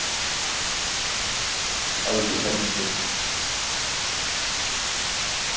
हल्दी शल्दी